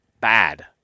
bad